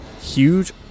Huge